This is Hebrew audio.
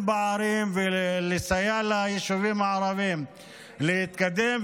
פערים ולסייע ליישובים הערביים להתקדם.